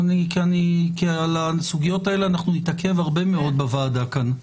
על הסוגיות האלה נתעכב הרבה מאוד בוועדה כאן.